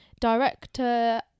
director